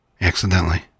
accidentally